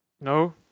No